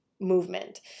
movement